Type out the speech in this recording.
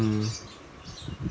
mm